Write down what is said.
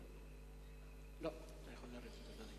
חברי הכנסת,